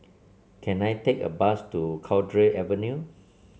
can I take a bus to Cowdray Avenue